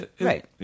Right